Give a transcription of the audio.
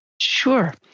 Sure